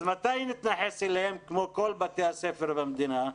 אז מתי נתייחס אליהם כמו כל בתי הספר במדינה?